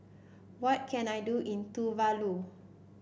what can I do in Tuvalu